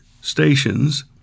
stations